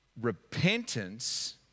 repentance